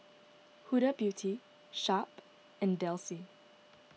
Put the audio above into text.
Huda Beauty Sharp and Delsey